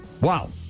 Wow